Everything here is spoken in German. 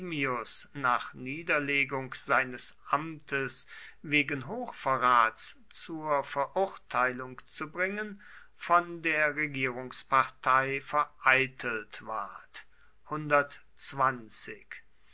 nach niederlegung seines amtes wegen hochverrats zur verurteilung zu bringen von der regierungspartei vereitelt ward